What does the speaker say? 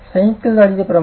संयुक्त जाडीचे प्रमाण